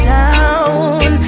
down